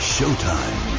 Showtime